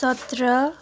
सत्र